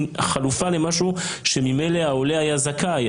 חלופה למשהו שממילא העולה היה זכאי?